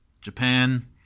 Japan